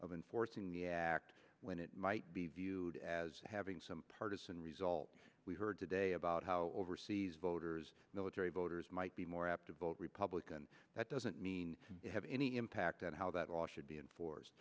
of enforcing the act when it might be viewed as having some partisan result we heard today about how overseas voters military voters might be more apt to vote republican that doesn't mean have any impact on how that all should be enforced